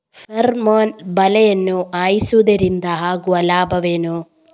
Pheromone ಬಲೆಯನ್ನು ಹಾಯಿಸುವುದರಿಂದ ಆಗುವ ಲಾಭವೇನು?